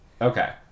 Okay